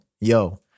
yo